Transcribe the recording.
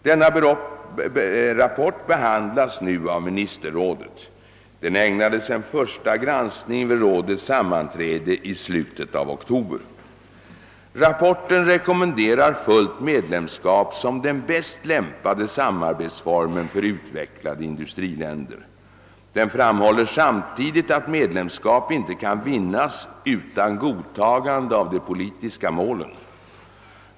Denna rapport behandlas nu av ministerrådet. Den ägnades en första granskning vid rådets sammanträde i slutet av oktober. Rapporten rekommenderar fullt. medlemskap som den bäst lämpade samarbetsformen för utvecklade industriländer. Den framhåller samtidigt att medlemskap inte kan vinnas utan godtagande av de politiska målen.